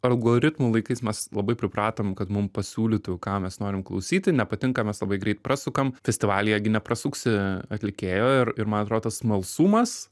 algoritmų laikais mes labai pripratom kad mum pasiūlytų ką mes norim klausyti nepatinka mes labai greit prasukam festivalyje gi neprasisuksi atlikėjo ir ir man atrodo tas smalsumas